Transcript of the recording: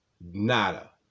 nada